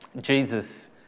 Jesus